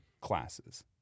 classes